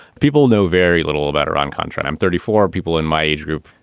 people know very little about iran-contra. i'm thirty four people in my age group.